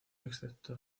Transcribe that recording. excepto